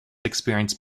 experienced